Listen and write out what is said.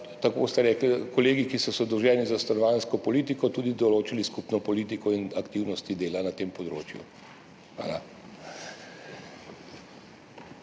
tako kot ste rekli, ki so zadolženi za stanovanjsko politiko, tudi določili skupno politiko in aktivnosti dela na tem področju. Hvala.